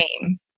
game